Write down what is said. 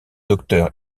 docteur